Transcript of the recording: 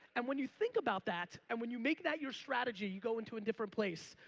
and when you think about that and when you make that your strategy you go into a different place.